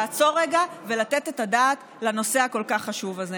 בלי לעצור רגע ולתת את הדעת לנושא הכל-כך חשוב הזה.